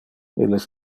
illes